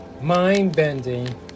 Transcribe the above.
mind-bending